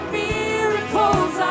miracles